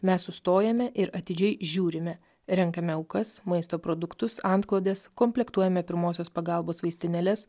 mes sustojame ir atidžiai žiūrime renkame aukas maisto produktus antklodes komplektuojame pirmosios pagalbos vaistinėles